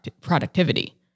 productivity